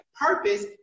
purpose